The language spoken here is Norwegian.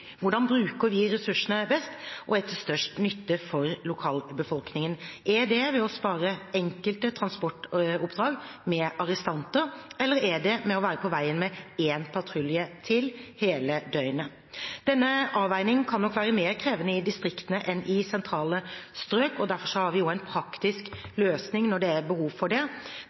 Hvordan bruker vi ressursene best og til størst nytte for lokalbefolkningen? Er det ved å spare enkelte transportoppdrag av arrestanter, eller er det ved å være på veien med en patrulje til, hele døgnet? Denne avveiningen kan nok være mer krevende i distriktene enn i sentrale strøk. Derfor har vi også en praktisk løsning når det er behov for det.